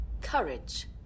Courage